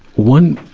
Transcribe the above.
one,